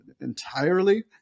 entirely